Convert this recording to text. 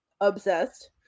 Obsessed